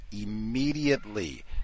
immediately